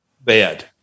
bed